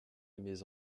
aimez